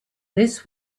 this